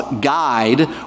guide